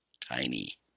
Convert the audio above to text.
Tiny